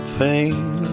pain